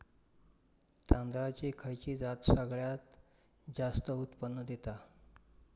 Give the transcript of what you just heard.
तांदळाची खयची जात सगळयात जास्त उत्पन्न दिता?